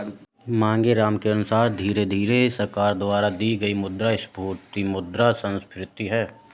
मांगेराम के अनुसार धीरे धीरे सरकार द्वारा की गई मुद्रास्फीति मुद्रा संस्फीति है